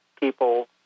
people